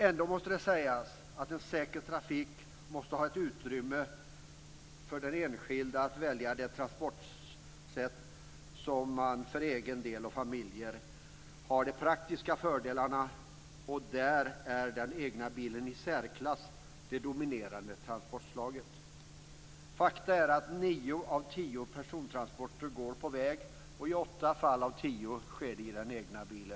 Ändå måste det sägas att en säker trafik måste ha ett utrymme för den enskilde att välja det transportsätt som för individen och för familjen har de praktiska fördelarna. Där är den egna bilen det i särklass dominerande transportslaget. Faktum är att nio av tio persontransporter går på väg. I åtta fall av tio sker transporten med egen bil.